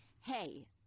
hey –